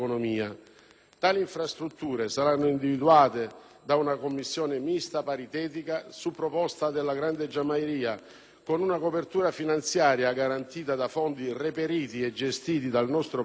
Tali infrastrutture saranno individuate da una commissione mista paritetica, su proposta della Grande Giamahiria, con una copertura finanziaria garantita da fondi reperiti e gestiti dal nostro Paese